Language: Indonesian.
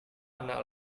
anak